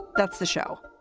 that's the show.